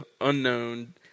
unknown